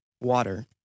water